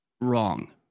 wrong